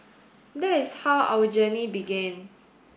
that is how our journey began